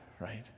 right